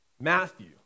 Matthew